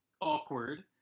awkward